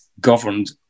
governed